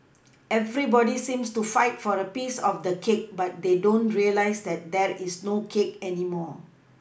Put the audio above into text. everybody seems to fight for a piece of the cake but they don't realise that there is no cake anymore